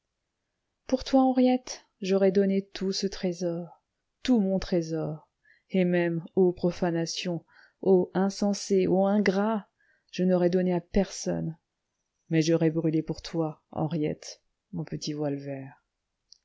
pour toi henriette j'aurais donné tout ce trésor tout mon trésor et même ô profanation ô insensé ô ingrat je n'aurais donné à personne mais j'aurais brûlé pour toi henriette mon petit voile vert